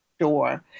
sure